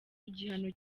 igihano